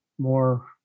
more